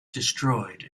destroyed